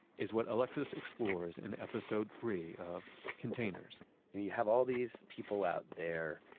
is what alexis explorers in episode three of containers you have all these people out there,